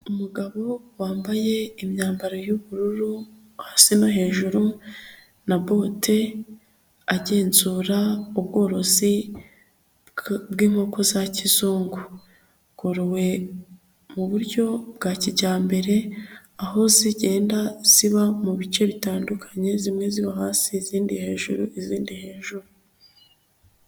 Umugabo wambaye imyambaro y'ubururu hasi no hejuru na bote agenzura ubworozi bw'inkoko za kizungu, bworowe mu buryo bwa kijyambere aho zigenda ziba mu bice bitandukanye zimwe ziba hasi izindi hejuru izindi hejuru.